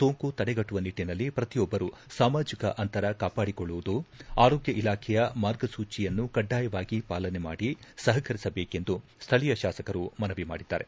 ಸೋಂಕು ತಡೆಗಟ್ಟುವ ನಿಟ್ಟನಲ್ಲಿ ಪ್ರತಿಯೊಬ್ಬರು ಸಾಮಾಜಿಕ ಅಂತರ ಕಾಪಾಡಿಕೊಳ್ಳುವುದು ಆರೋಗ್ಯ ಇಲಾಖೆಯ ಮಾರ್ಗಸೂಚಿಯನ್ನು ಕಡ್ಡಾಯವಾಗಿ ಪಾಲನೆ ಮಾಡಿ ಸಹಕರಿಸಬೇಕೆಂದು ಸ್ವಳೀಯ ಶಾಸಕರು ಮನವಿ ಮಾಡಿದ್ದಾರೆ